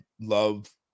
love